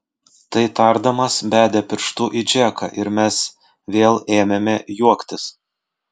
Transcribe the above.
tai tardamas bedė pirštu į džeką ir mes vėl ėmėme juoktis